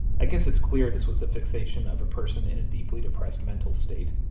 i guess it's clear this was a fixation of a person in a deeply depressed mental state.